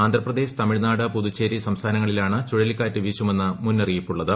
ആന്ധ്രാപ്രദേശ് തമിഴ്നാട് പുതുച്ചേരി സംസ്ഥാനങ്ങളിലാണ് ചുഴലിക്കാറ്റ് വീശുമെന്ന് മുന്നറിയിപ്പുള്ളത്